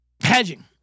Hedging